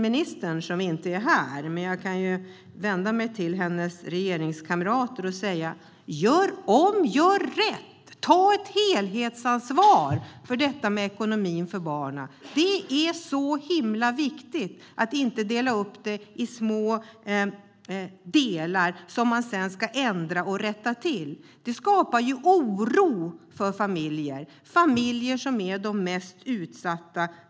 Ministern är inte här, men jag vänder mig till hennes regeringskamrater och säger: Gör om, gör rätt! Ta ett helhetsansvar för detta med ekonomin för barnen. Det är så himla viktigt att inte dela upp det i små delar som sedan ska ändras och rättas till. Det skapar ju oro för familjer, de familjer som är ekonomiskt mest utsatta.